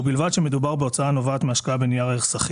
ובלבד שמדובר בהוצאה הנובעת מהשקעה בנייר ערך סחיר.